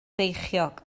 feichiog